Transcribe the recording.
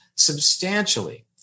substantially